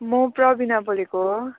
म प्रबिना बोलेको